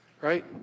right